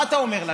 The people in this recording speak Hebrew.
מה אתה אומר לנו,